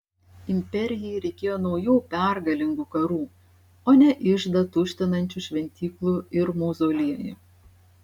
imperijai reikėjo naujų pergalingų karų o ne iždą tuštinančių šventyklų ir mauzoliejų